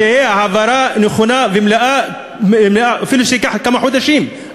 ותהיה העברה נכונה ומלאה, אפילו שייקח כמה חודשים.